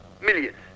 Millions